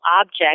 object